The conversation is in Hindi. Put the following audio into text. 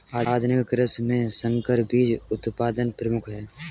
आधुनिक कृषि में संकर बीज उत्पादन प्रमुख है